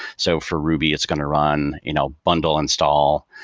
so for ruby, it's going to run you know bundle install.